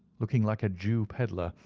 looking like a jew pedlar,